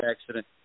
accident